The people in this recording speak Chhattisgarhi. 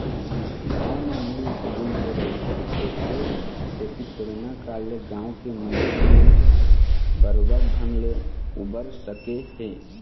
गाँव म मिल जुलके रहिथे तेखरे सेती करोना काल ले गाँव के मनखे मन बरोबर ढंग ले उबर सके हे